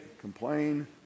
complain